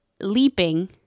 leaping